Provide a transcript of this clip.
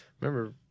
Remember